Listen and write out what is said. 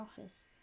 office